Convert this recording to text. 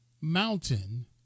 mountain